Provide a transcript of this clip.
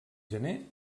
gener